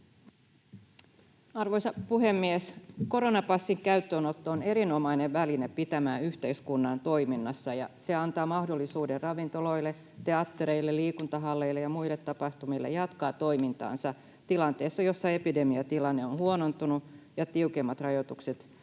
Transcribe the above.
Arvoisa puhemies! Koronapassin käyttöönotto on erinomainen väline pitämään yhteiskunnan toiminnassa, ja se antaa mahdollisuuden ravintoloille, teattereille, liikuntahalleille ja muille tapahtumille jatkaa toimintaansa tilanteessa, jossa epidemiatilanne on huonontunut ja tiukemmat rajoitukset ovat